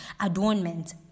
adornment